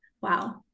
wow